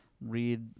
read